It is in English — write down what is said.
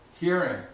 hearing